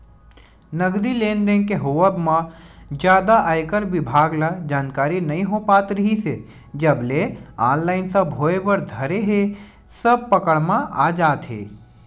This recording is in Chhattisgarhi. नगदी लेन देन के होवब म जादा आयकर बिभाग ल जानकारी नइ हो पात रिहिस हे जब ले ऑनलाइन सब होय बर धरे हे सब पकड़ म आ जात हे